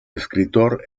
escritor